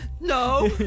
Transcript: No